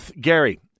Gary